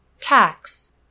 Tax